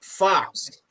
Fox